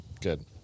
Good